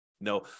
No